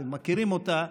אתם מכירים אותה,